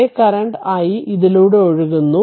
ഇതേ current i ഇതിലൂടെ ഒഴുകുന്നു